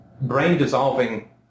brain-dissolving